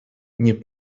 nie